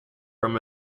from